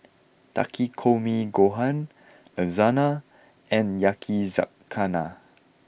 Takikomi gohan Lasagna and Yakizakana